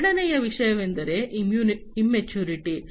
ಎರಡನೆಯ ವಿಷಯವೆಂದರೆ ಇಮ್ಮೆಚುರಿಟಿ